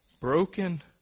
broken